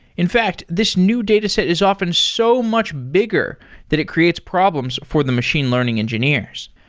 in fact, this new dataset is often so much bigger that it creates problems for the machine learning engineers.